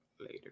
later